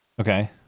Okay